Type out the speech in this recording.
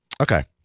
Okay